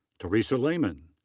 teresa lehmann.